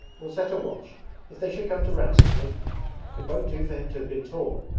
we'll set a watch if they should come to ransom him it won't do for him to have been torn